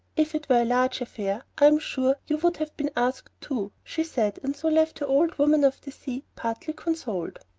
if it were a large affair, i am sure you would have been asked too, she said, and so left her old woman of the sea partly consoled.